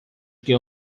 que